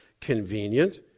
convenient